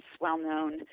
well-known